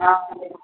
हँ